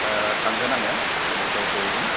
ओ थांगोन आंङो एगारथायाव सौयैगोन